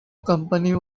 company